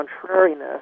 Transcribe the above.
contrariness